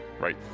Right